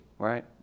Right